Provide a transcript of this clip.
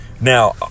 Now